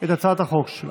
את הצעת החוק שלה.